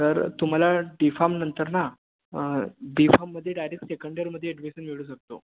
तर तुम्हाला डीफामनंतर ना बीफाममध्ये डायरेक्ट सेकंड इयरमध्ये ॲडमिसन मिळू शकतो